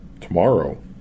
tomorrow